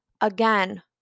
Again